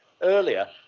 earlier